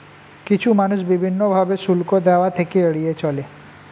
কিছু মানুষ বিভিন্ন ভাবে শুল্ক দেওয়া থেকে এড়িয়ে চলে